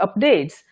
updates